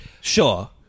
Sure